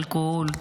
אלכוהול,